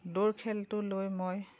দৌৰ খেলটো লৈ মই